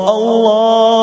Allah